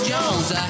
Jones